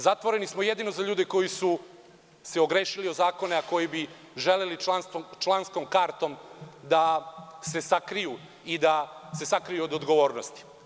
Zatvoreni smo jedino za ljude koji su se ogrešili o zakone, a koji bi želeli članskom kartom da se sakriju od odgovornost.